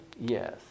Yes